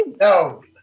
No